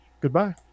Goodbye